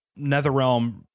Netherrealm